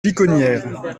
piconnières